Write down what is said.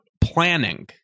planning